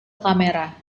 kamera